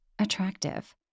attractive